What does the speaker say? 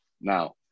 Now